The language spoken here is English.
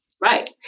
Right